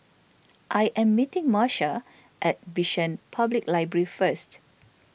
I am meeting Marsha at Bishan Public Library First